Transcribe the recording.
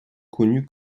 connu